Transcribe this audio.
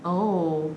oh